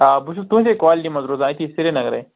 آ بہٕ چھُس تُہٕنٛدے کالنی منٛز روزان أتی سریٖنگرے